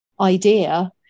idea